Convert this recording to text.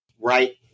right